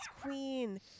queen